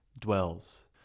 dwells